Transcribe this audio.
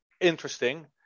interesting